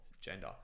gender